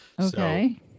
okay